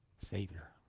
savior